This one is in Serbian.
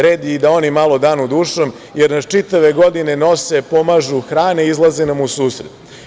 Red je i da oni malo danu dušom, jer nas čitave godine nose, pomažu, hrane i izlaze nam u susret.